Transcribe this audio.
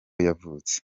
yavutse